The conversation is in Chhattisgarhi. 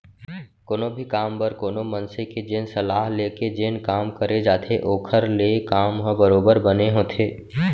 कोनो भी काम बर कोनो मनसे के जेन सलाह ले के जेन काम करे जाथे ओखर ले काम ह बरोबर बने होथे